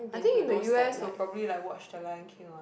I think in the u_s will probably like watch the Lion King what